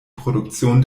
produktion